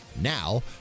Now